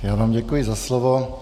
Já vám děkuji za slovo.